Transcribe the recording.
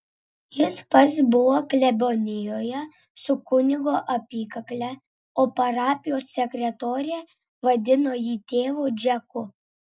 jis pats buvo klebonijoje su kunigo apykakle o parapijos sekretorė vadino jį tėvu džeku